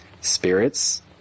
spirits